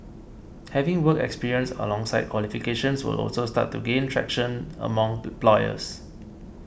having working experience alongside qualifications will also start to gain traction among employers